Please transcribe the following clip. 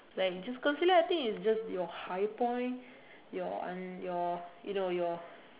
like just concealer I think it's just your high point your uh your you know your